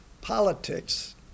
politics